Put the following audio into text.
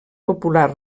popular